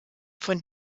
von